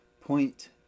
Point